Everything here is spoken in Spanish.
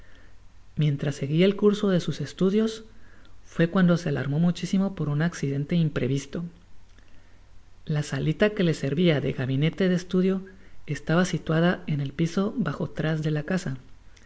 mientras seguia el curso de sus estudios fué cuando se alarmó muchisimo por un accidente imprevisto la salita que le servia de gabinete de estudio estaba situada en el piso bajo tras de la casa